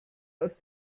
aus